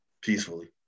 peacefully